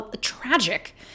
tragic